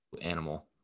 animal